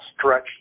stretch